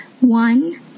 One